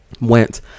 went